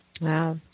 Wow